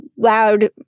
loud